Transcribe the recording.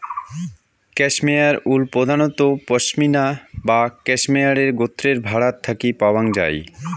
cashmere wool প্রধানত পসমিনা বা ক্যাশমেয়ারে গোত্রের ভ্যাড়াত থাকি পাওয়াং যাই